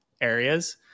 areas